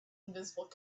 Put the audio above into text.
invisible